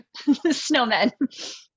snowmen